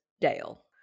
Dale